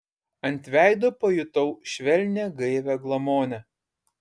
ant veido pajutau švelnią gaivią glamonę